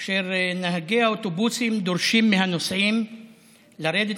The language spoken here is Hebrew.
אשר נהגי האוטובוסים דורשים מהנוסעים לרדת